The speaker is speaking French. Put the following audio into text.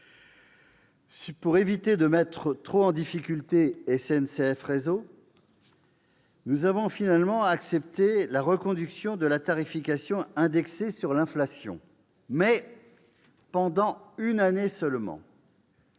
Pour éviter de trop mettre en difficulté SNCF Réseau, nous avons finalement accepté la reconduction de la tarification indexée sur l'inflation, mais pendant une année seulement.